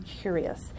curious